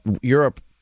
Europe